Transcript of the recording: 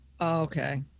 Okay